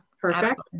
Perfect